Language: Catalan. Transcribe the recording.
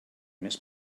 més